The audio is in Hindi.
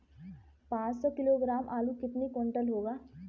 पाँच सौ किलोग्राम आलू कितने क्विंटल होगा?